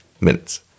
minutes